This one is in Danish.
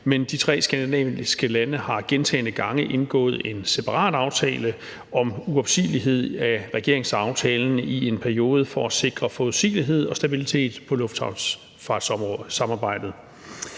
men de tre skandinaviske lande har gentagne gange indgået en separat aftale om uopsigelighed af regeringsaftalen i en periode for at sikre forudsigelighed og stabilitet i luftfartssamarbejdet.